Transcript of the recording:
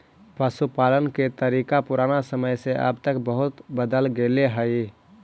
पशुपालन के तरीका पुराना समय से अब तक बहुत बदल गेले हइ